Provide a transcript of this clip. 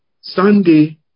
Sunday